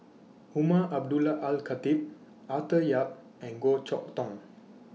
Umar Abdullah Al Khatib Arthur Yap and Goh Chok Tong